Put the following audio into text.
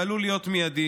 שעלול להיות מיידי,